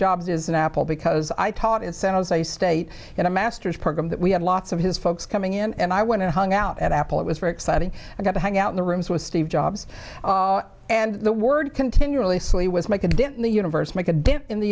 jobs is an apple because i taught in san jose state in a master's program that we had lots of his folks coming in and i went and hung out at apple it was very exciting i got to hang out in the rooms with steve jobs and the word continually slee was make a dent in the universe make a dent in the